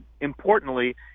importantly